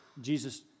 Jesus